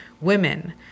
women